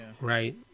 Right